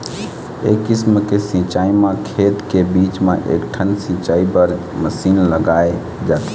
ए किसम के सिंचई म खेत के बीच म एकठन सिंचई बर मसीन लगाए जाथे